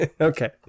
Okay